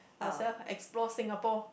ourselves explore Singapore